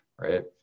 right